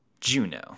Juno